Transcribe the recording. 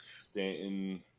Stanton